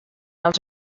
els